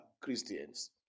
Christians